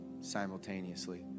simultaneously